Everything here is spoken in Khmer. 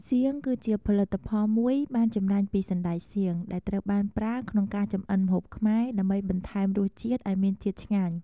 សៀង គឺជាផលិតផលមួយបានចម្រាញ់ពីសណ្តែកសៀង ដែលត្រូវបានប្រើក្នុងការចំអិនម្ហូបខ្មែរ ដើម្បីបន្ថែមរសជាតិឱ្យមានជាតិឆ្ងាញ់។